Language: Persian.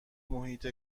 محیط